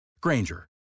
Granger